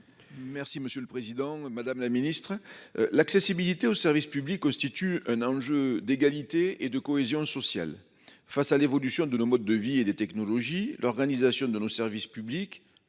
Merci, monsieur le Président Madame la Ministre l'accessibilité aux services publics au statut un enjeu d'égalité et de cohésion sociale face à l'évolution de nos modes de vie et des technologies, l'organisation de nos services publics